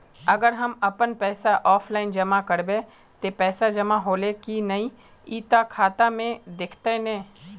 अगर हम अपन पैसा ऑफलाइन जमा करबे ते पैसा जमा होले की नय इ ते खाता में दिखते ने?